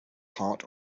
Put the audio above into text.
heart